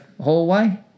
hallway